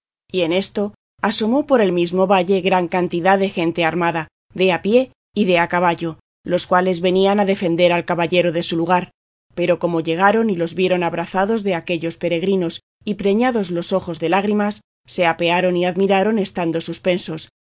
y en esto asomó por el mismo valle gran cantidad de gente armada de a pie y de a caballo los cuales venían a defender al caballero de su lugar pero como llegaron y los vieron abrazados de aquellos peregrinos y preñados los ojos de lágrimas se apearon y admiraron estando suspensos